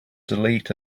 delete